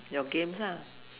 your games ah